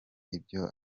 ibyo